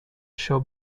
show